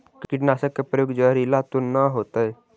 कीटनाशक के प्रयोग, जहरीला तो न होतैय?